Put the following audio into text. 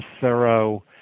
thorough